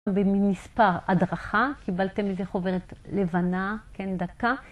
במספר הדרכה, קיבלתם איזה חוברת לבנה, כן, דקה.